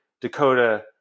Dakota